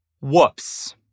Whoops